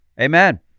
amen